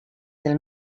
del